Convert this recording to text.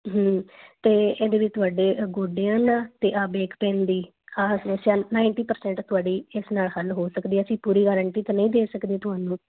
ਅਤੇ ਇਹਦੇ ਵਿੱਚ ਤੁਹਾਡੇ ਗੋਡਿਆਂ ਦਾ ਅਤੇ ਇਹ ਬੇਕ ਪੇਨ ਦੀ ਇਹ ਸਮੱਸਿਆਂ ਨਾਈਨਟੀ ਪਰਸੈਂਟ ਤੁਹਾਡੀ ਇਸ ਨਾਲ ਹੱਲ ਹੋ ਸਕਦੀ ਹੈ ਅਸੀਂ ਪੂਰੀ ਗਾਰੰਟੀ ਤਾਂ ਨਹੀਂ ਦੇ ਸਕਦੇ ਤੁਹਾਨੂੰ